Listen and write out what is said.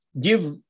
give